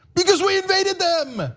because we invaded them.